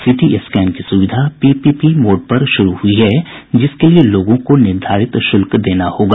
city scan की सुविधा PPP mode पर शुरू हुई है जिसके लिए लोगों को निर्धारित शुल्क देना होगा